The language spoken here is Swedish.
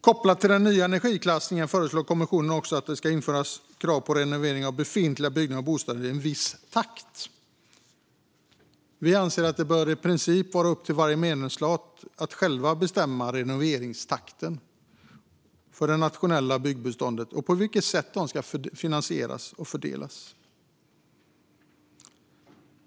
Kopplat till den nya energiklassningen föreslår kommissionen också att det ska införas krav på renoveringar av befintliga byggnader och bostäder i en viss takt. Vi anser att det i princip bör vara upp till varje medlemsstat att själv bestämma renoveringstakten för det nationella byggbeståndet och på vilket sätt finansieringen ska ske och fördelas.